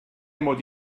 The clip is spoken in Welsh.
mod